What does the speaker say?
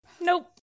Nope